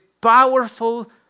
powerful